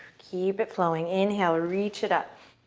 keep it flowing. inhale, reach it up.